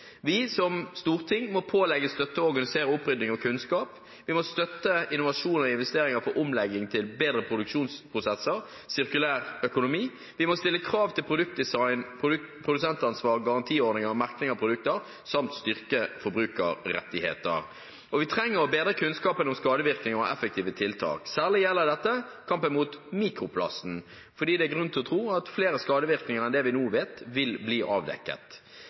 Vi som storting må pålegge, støtte og organisere opprydning og kunnskap. Vi må støtte innovasjon og investeringer for omlegging til bedre produksjonsprosesser og sirkulær økonomi. Vi må stille krav til produktdesign, produsentansvar, garantiordninger og merking av produkter samt styrke forbrukerrettigheter. Vi trenger også å bedre kunnskapen om skadevirkninger og effektive tiltak. Særlig gjelder dette kampen mot mikroplasten, fordi det er grunn til å tro at flere skadevirkninger enn dem vi nå vet om, vil bli avdekket.